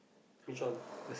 which one